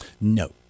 No